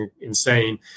insane